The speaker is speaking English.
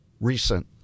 recent